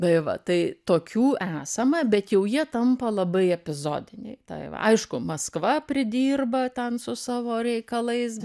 tai va tai tokių esama bet jau jie tampa labai epizodiniai tai va aišku maskva pridirba tan su savo reikalais